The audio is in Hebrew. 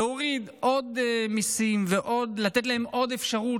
להוריד עוד מיסים ולתת להן עוד אפשרות